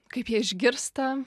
kaip jie išgirsta